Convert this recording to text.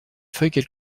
feuille